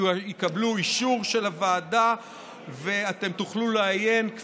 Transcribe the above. יקבלו אישור של הוועדה ואתם תוכלו לעיין בהם